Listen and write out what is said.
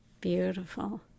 beautiful